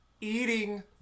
eating